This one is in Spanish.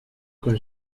con